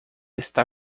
está